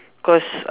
cause